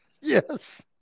Yes